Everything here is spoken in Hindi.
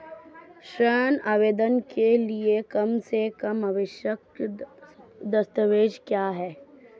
ऋण आवेदन के लिए कम से कम आवश्यक दस्तावेज़ क्या हैं?